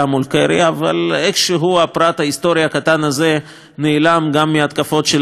אבל איכשהו הפרט ההיסטורי הקטן הזה נעלם גם מההתקפות שלה על הממשלה.